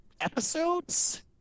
episodes